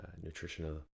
nutritional